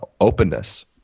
openness